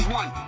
one